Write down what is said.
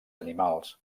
animals